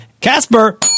casper